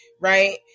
right